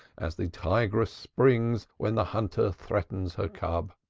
as the tigress springs when the hunter threatens her cub.